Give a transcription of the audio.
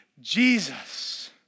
Jesus